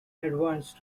advance